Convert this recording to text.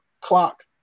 clock